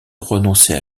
renoncer